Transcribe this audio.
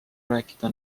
rääkida